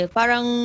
parang